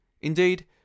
Indeed